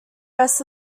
rest